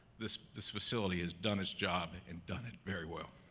this this facility has done its job and done it very well.